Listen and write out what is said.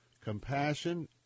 compassion